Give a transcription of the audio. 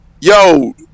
Yo